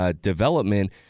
development